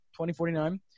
2049